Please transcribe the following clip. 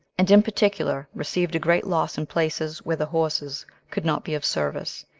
and in particular received a great loss in places where the horses could not be of service,